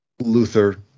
Luther